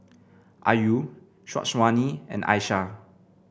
Ayu Syazwani and Aishah